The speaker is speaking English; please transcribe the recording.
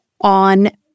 on